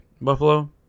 Buffalo